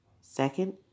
Second